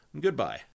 goodbye